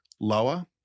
lower